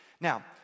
Now